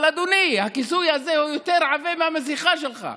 אבל, אדוני, הכיסוי הזה יותר עבה מהמסכה שלך.